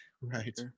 right